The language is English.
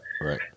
Right